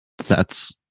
sets